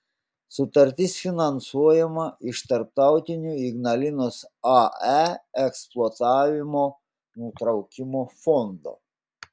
sutartis finansuojama iš tarptautinio ignalinos ae eksploatavimo nutraukimo fondo